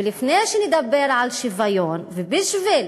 ולפני שנדבר על שוויון, ובשביל